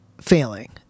failing